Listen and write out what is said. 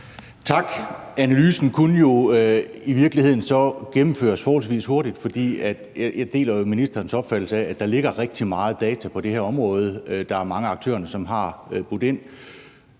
Tak. Analysen kunne jo i virkeligheden så gennemføres forholdsvis hurtigt, for jeg deler jo ministerens opfattelse af, at der ligger rigtig meget data på det her område. Der er mange af aktørerne, som har budt ind.